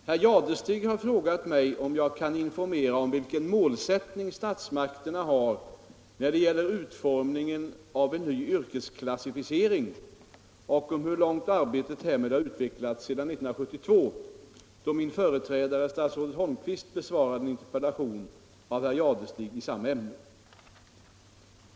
Herr talman! Herr Jadestig har frågat mig om jag kan informera om vilken målsättning statsmakterna har när det gäller utformningen av en ny yrkesklassificering och om hur långt arbetet härmed har utvecklats sedan 1972 då min företrädare, statsrådet Holmqvist, besvarade en interpellation, nr 181, av herr Jadestig i samma ämne.